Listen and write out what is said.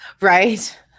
Right